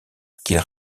qu’ils